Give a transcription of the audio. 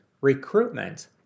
recruitment